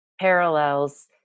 parallels